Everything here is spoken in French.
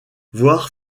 voir